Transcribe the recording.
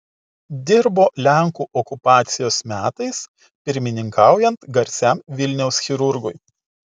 dirbo lenkų okupacijos metais pirmininkaujant garsiam vilniaus chirurgui